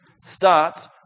starts